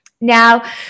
Now